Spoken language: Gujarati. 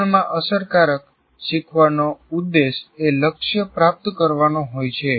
સમજણમાં અસરકારક શીખવાનો ઉદ્દેશએ લક્ષ્ય પ્રાપ્ત કરવાનો હોય છે